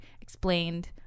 explained